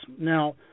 Now